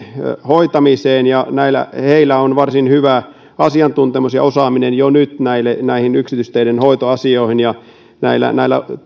hoitamiseen ja heillä on varsin hyvä asiantuntemus ja osaaminen jo nyt näihin yksityisteiden hoitoasioihin